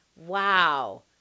Wow